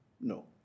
No